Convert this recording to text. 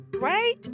Right